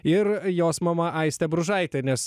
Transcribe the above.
ir jos mama aistė bružaitė nes